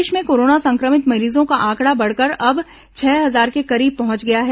प्रदेश में कोरोना संक्रमित मरीजों का आंकड़ा बढ़कर अब छह हजार के करीब पहुंच गया है